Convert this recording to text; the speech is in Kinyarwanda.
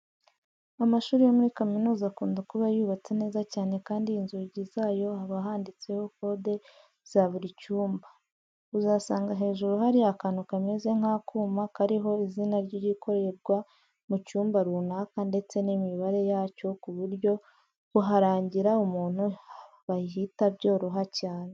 Amashuri yo muri kaminuza akunda kuba yubatse neza cyane kandi inzugi zayo haba handitseho kode za buri cyumba. Uzasanga hejuru hari akantu kameze nk'akuma kariho izina ry'igikorerwa mu cyumba runaka ndetse n'imibare yacyo ku buryo kuharangira umuntu bihita byoroha cyane.